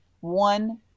one